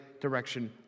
direction